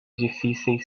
difíceis